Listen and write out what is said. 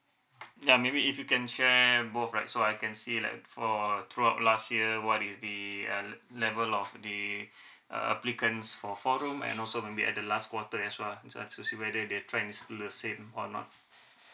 ya maybe if you can share both right so I can see like for throughout last year what is the uh level of the uh applicants for four room and also maybe at the last quarter as well just to see whether the trend is the same or not